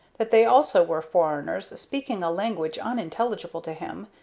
that they also were foreigners, speaking a language unintelligible to him,